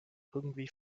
irgendwie